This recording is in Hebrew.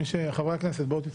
חברי הכנסת, בואו תצטרפו.